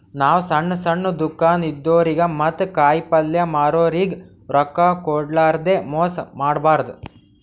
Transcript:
ನಾವ್ ಸಣ್ಣ್ ಸಣ್ಣ್ ದುಕಾನ್ ಇದ್ದೋರಿಗ ಮತ್ತ್ ಕಾಯಿಪಲ್ಯ ಮಾರೋರಿಗ್ ರೊಕ್ಕ ಕೋಡ್ಲಾರ್ದೆ ಮೋಸ್ ಮಾಡಬಾರ್ದ್